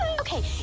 okay,